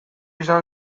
izan